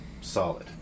solid